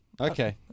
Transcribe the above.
Okay